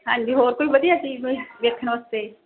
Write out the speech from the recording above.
ਹਾਂਜੀ ਹੋਰ ਕੋਈ ਵਧੀਆ ਚੀਜ਼ ਕੋਈ ਦੇਖਣ ਵਾਸਤੇ